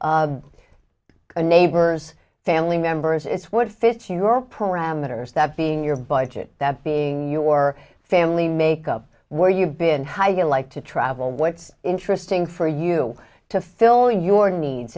neighbors family members it's what fits your parameters that being your budget that being your family make up where you've been high you like to travel what's interesting for you to fill your needs